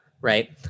right